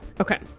Okay